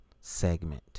segment